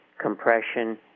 compression